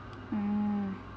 mm